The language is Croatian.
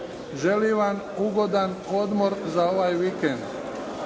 Želim vam ugodan odmor za ovaj vikend.